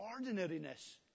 ordinariness